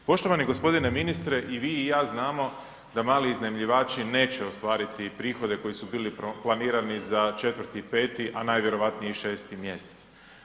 Poštovani g. ministre, i vi i ja znamo da mali iznajmljivači neće ostvariti prihode koji su bili planirani za 4. i 5., a najvjerojatnije i 6. mjesec.